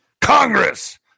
Congress